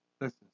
Listen